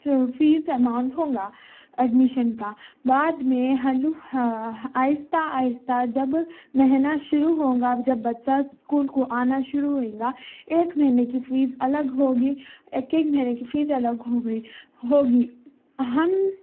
جو fee amount ہوگا admission کا بعد میں ہلو آہستہ آہستہ جب مہینہ شروع ہوگا جب بچّہ اسکول میں آنا شروع ہو جائے گا ایک مہینے کی فیس الگ ہوگی ایک ایک مہینے کی فیس الگ ہوگی ہوگی ہم